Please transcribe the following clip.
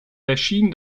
erschien